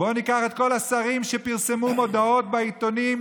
בואו ניקח את כל השרים שפרסמו מודעות בעיתונאים